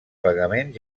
pagament